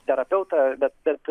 terapeutą bet bet